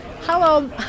Hello